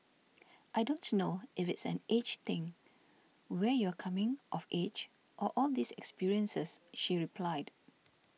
I don't know if it's an age thing where you're coming of age or all these experiences she replied